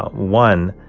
one,